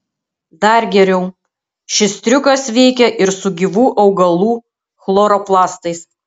dar geriau šis triukas veikia ir su gyvų augalų chloroplastais